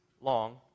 long